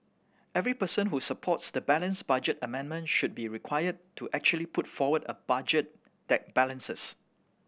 every person who supports the balanced budget amendment should be required to actually put forward a budget that balances